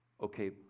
okay